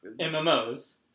MMOs